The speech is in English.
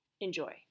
Enjoy